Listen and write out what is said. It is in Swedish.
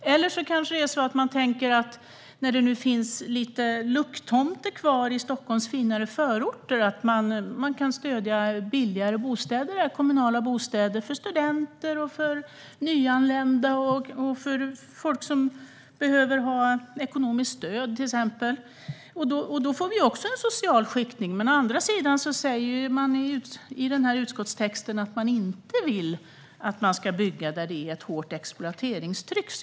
Eller tänker man kanske att när det nu finns lucktomter kvar i Stockholms finare förorter kan man stödja billigare bostäder där - kommunala bostäder för till exempel studenter, nyanlända och folk som behöver ekonomiskt stöd? Då får vi också en social skiktning. Å andra sidan säger man i utskottstexten att man inte vill att det ska byggas där det är ett hårt exploateringstryck.